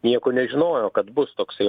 nieko nežinojo kad bus toksai